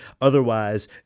Otherwise